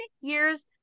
years